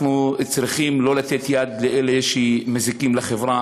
אנחנו צריכים לא לתת יד לאלה שמזיקים לחברה